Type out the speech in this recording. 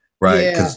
right